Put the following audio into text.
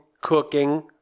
cooking